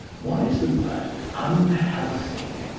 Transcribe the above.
one is the word unhealthy,